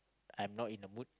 I'm not in the mood